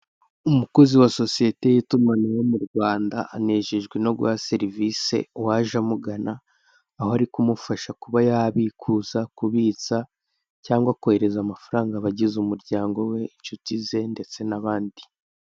Umukozi wa sosiyete y'itumanaho mu Rwanda anejejwe no guha serivise uwaje amugana aho ari kumufasha kuba yabikuza, kubitsa cyangwa koherereza amafaranga abagize umuryango we, inshuti ze ndetse n'abandi.